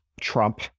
Trump